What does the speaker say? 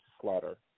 slaughter